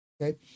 Okay